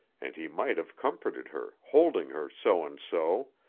and he might have comforted her, holding her so and so,